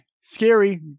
Scary